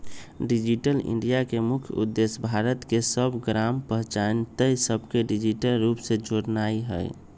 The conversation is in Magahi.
डिजिटल इंडिया के मुख्य उद्देश्य भारत के सभ ग्राम पञ्चाइत सभके डिजिटल रूप से जोड़नाइ हइ